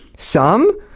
some,